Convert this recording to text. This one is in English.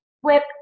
whip